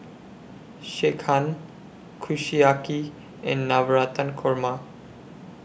Sekihan Kushiyaki and Navratan Korma